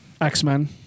X-Men